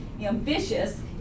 ambitious